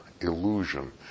illusion